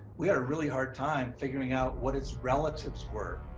we had a really hard time figuring out what its relatives were.